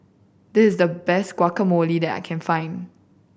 this is the best Guacamole that I can find